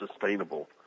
sustainable